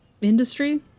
industry-